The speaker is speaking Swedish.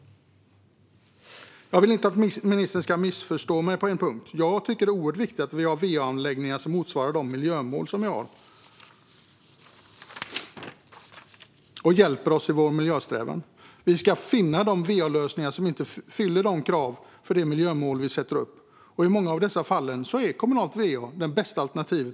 Jag vill inte att ministern ska missförstå mig på denna punkt. Det är oerhört viktigt att vi har va-anläggningar som motsvarar de miljömål vi har och som hjälper oss i vår miljösträvan. Vi ska finna de va-lösningar som inte uppfyller kraven för de miljömål vi sätter upp, och i många av dessa fall är kommunalt va det bästa alternativet.